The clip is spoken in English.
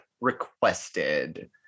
requested